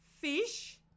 fish